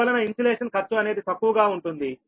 అందువలన ఇన్సులేషన్ ఖర్చు అనేది తక్కువగా ఉంటుంది